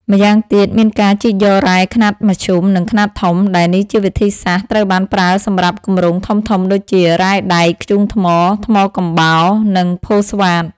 ម្យ៉ាងទៀតមានការជីកយករ៉ែខ្នាតមធ្យម និងខ្នាតធំ ដែលនេះជាវិធីសាស្ត្រត្រូវបានប្រើសម្រាប់គម្រោងធំៗដូចជា រ៉ែដែក ធ្យូងថ្ម ថ្មកំបោរ និងផូស្វាត។